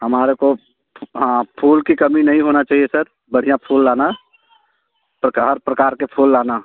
हमारे को हाँ फूल की कमी नहीं होना चाहिए सर बढ़िया फूल लाना प्रकार प्रकार के फूल लाना